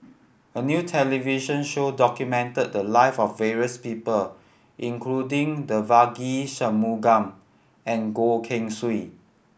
a new television show documented the live of various people including Devagi Sanmugam and Goh Keng Swee